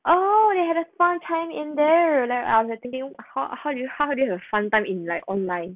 oh they had a fun time in there like I'm thinking how do you how do you have a fun time in like online